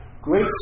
great